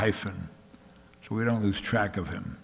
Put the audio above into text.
hyphen so we don't lose track of him